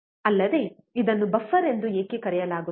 ಅಲ್ಲದೆ ಇದನ್ನು ಬಫರ್ ಎಂದು ಏಕೆ ಕರೆಯಲಾಗುತ್ತದೆ